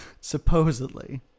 Supposedly